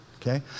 okay